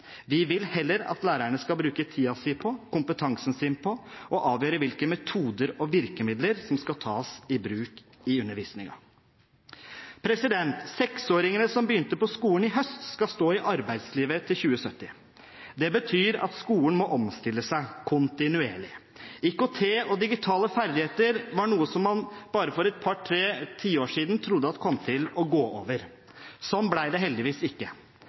Vi vil heller at lærerne skal bruke tiden og kompetansen sin på å avgjøre hvilke metoder og virkemidler som skal tas i bruk i undervisningen. Seksåringene som begynte på skolen i høst, skal stå i arbeidslivet til 2080. Det betyr at skolen må omstille seg kontinuerlig. IKT og digitale ferdigheter var noe som man bare for et par–tre tiår siden trodde kom til å gå over. Sånn ble det heldigvis ikke.